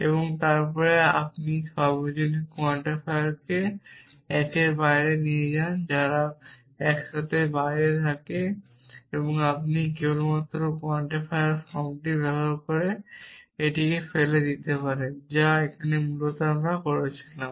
এবং তারপরে আপনি সর্বজনীন কোয়ান্টিফায়ারগুলিকে একের বাইরে নিয়ে যান তারা একসাথে বাইরে থাকে আপনি কেবলমাত্র কোয়ান্টিফায়ার ফর্মটি ব্যবহার করে এটিকে ফেলে দিতে পারেন যা আমরা এখানে মূলত করছিলাম